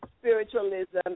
spiritualism